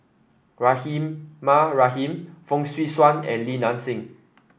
Rahimah Rahim Fong Swee Suan and Li Nanxing